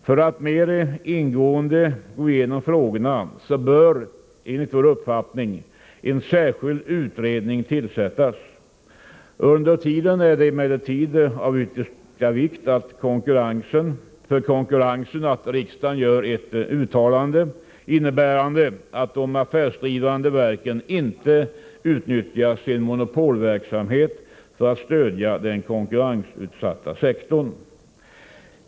För att mer ingående gå igenom frågorna bör enligt vår uppfattning en särskild utredning tillsättas. Under tiden är det emellertid av yttersta vikt för konkurrensen att riksdagen gör ett uttalande, innebärande att de affärsdrivande verken inte utnyttjar sin monopolverksamhet för att stödja den konkurrensutsatta sektorn.